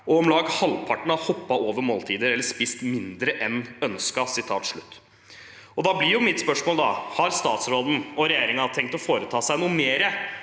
og om lag halvparten har hoppet over måltider eller spist mindre enn ønsket.» Da blir mitt spørsmål: Har statsråden og regjeringen tenkt å foreta seg noe mer